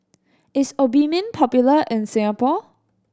is Obimin popular in Singapore